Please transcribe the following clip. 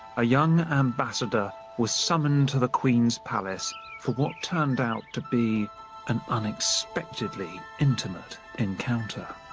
a young ambassador was summoned to the queen's palace for what turned out to be an unexpectedly intimate encounter.